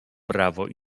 prawo